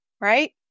right